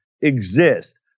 exist